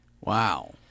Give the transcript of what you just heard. Wow